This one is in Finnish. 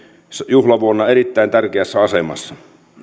juhlavuonna erittäin tärkeässä asemassa